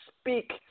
speak